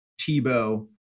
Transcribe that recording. tebow